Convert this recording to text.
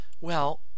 Well